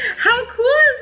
how cool